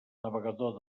navegador